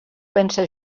pense